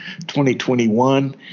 2021